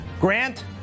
Grant